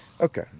Okay